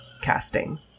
Casting